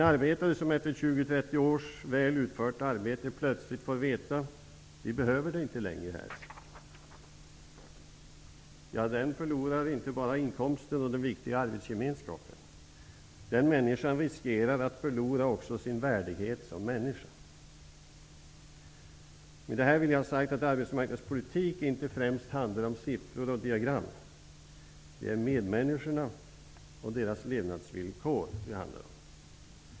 En arbetare som efter 20-30 års väl utfört arbete plötsligt får veta att ''vi behöver dig inte längre här'' förlorar inte bara inkomsten och den viktiga arbetsgemenskapen, den människan riskerar att förlora också sin värdighet som människa. Med det här vill jag ha sagt att arbetsmarknadspolitik inte främst handlar om siffror och diagram. Det är medmänniskorna och deras levnadsvillkor det handlar om.